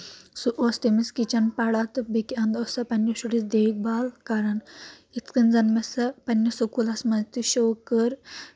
سُہ اوس تٔمِس کِچن پڑا تہٕ بیٚکہِ انٛدٕ اوس سۄ پنٕنِس شُرس دیکھ بال کران یِتھ کٔنۍ زَن مےٚ سۄ پنٕنِس سکوٗلَس منٛز تہِ شو کٔرۍ